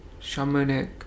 shamanic